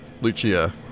Lucia